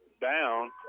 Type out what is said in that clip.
down